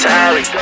Tally